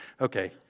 Okay